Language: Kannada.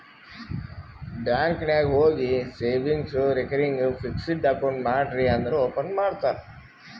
ಬ್ಯಾಂಕ್ ನಾಗ್ ಹೋಗಿ ಸೇವಿಂಗ್ಸ್, ರೇಕರಿಂಗ್, ಫಿಕ್ಸಡ್ ಅಕೌಂಟ್ ಮಾಡ್ರಿ ಅಂದುರ್ ಓಪನ್ ಮಾಡ್ತಾರ್